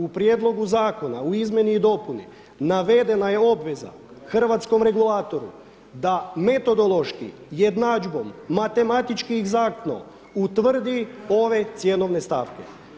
U prijedlogu zakona, u izmjeni i dopuni navedena je obveza hrvatskom regulatoru da metodološki jednadžbom, matematički egzaktno utvrdi ove cjenovne stavke.